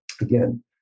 Again